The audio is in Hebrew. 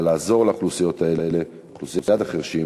אלא לעזור לאוכלוסיות האלה, לאוכלוסיית החירשים,